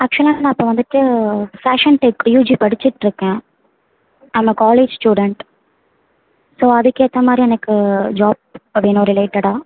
ஆக்சுவலாக நான் இப்போ வந்துவிட்டு ஃபேஷன் டெக் யுஜி படிசிட்யிருக்கேன் I am a college student so அதுக்கேற்ற மாதிரி எனக்கு ஜாப் வேணும் ரிலேட்டடாக